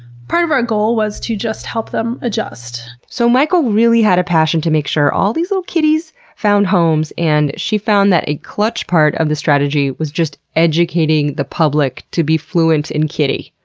part of our goal was to just help them adjust. so mikel really had a passion to make sure all these kitties found homes, and she found that a clutch part of the strategy was just educating the public to be fluent in kitty.